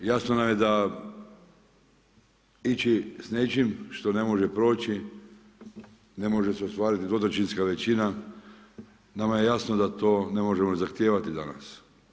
Jasno nam je da ići s nečim što ne može proći, ne može se ostvariti dvotrećinska većina, nama je jasno da to ne možemo ni zahtijevati danas.